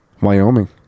Wyoming